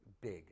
big